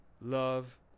love